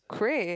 cray